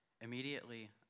Immediately